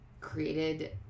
created